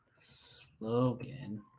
slogan